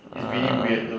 ah